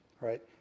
right